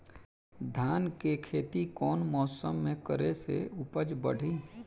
धान के खेती कौन मौसम में करे से उपज बढ़ी?